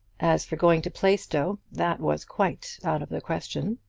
as for going to plaistow, that was quite out of the question.